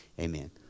Amen